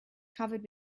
covered